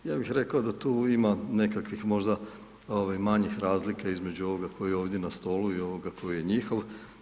Ja bih rekao da tu ima nekakvih možda manjih razlika između ovoga koji je ovdje na stolu i ovoga koji je njihov.